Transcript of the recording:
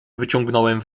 wyciągnąłem